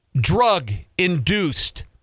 drug-induced